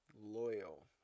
Loyal